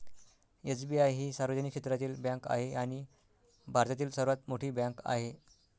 SBI ही सार्वजनिक क्षेत्रातील बँक आहे आणि भारतातील सर्वात मोठी बँक आहे